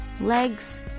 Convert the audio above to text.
legs